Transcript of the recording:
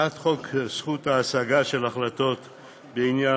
הצעת חוק זכות השגה על החלטה בעניין